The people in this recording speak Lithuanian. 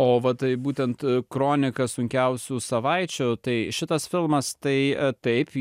o va tai būtent kronika sunkiausių savaičių tai šitas filmas tai taip